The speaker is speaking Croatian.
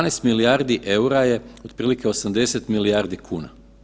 12 milijardi eura je otprilike 80 milijardi kuna.